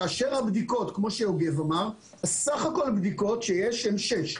כאשר סך הבדיקות שיש הן שש,